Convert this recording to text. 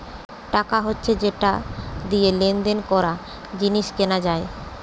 টাকা হচ্ছে যেটা দিয়ে লেনদেন করা, জিনিস কেনা যায়